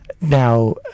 now